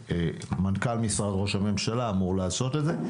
מנכ"ל משרד ראש הממשלה אמור לעשות את זה.